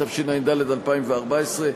התשע"ד 2014,